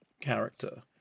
character